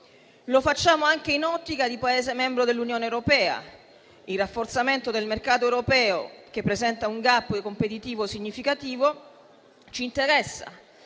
Lo facciamo anche nell'ottica di un Paese membro dell'Unione europea. Il rafforzamento del mercato europeo, che presenta un *gap* competitivo significativo, ci interessa,